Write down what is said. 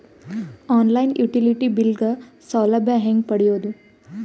On line utility bill ಗ ಸೌಲಭ್ಯ ಹೇಂಗ ಪಡೆಯೋದು?